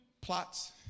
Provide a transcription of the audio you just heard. plots